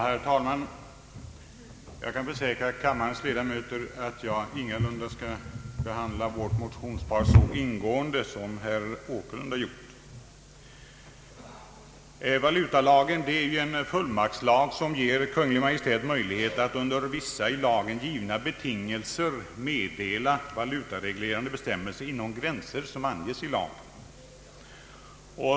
Herr talman! Jag kan försäkra kammarens ledamöter att jag ingalunda skall behandla vårt motionspar så ingående som herr Åkerlund har gjort beträffande den av honom väckta motionen. Valutalagen är en fullmaktslag som ger Kungl. Maj:t möjlighet att under vissa i lagen givna betingelser meddela valutareglerande bestämmelser inom gränser som anges i lagen.